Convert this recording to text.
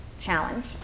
challenge